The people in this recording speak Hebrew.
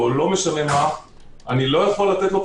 ולא צריך את זה.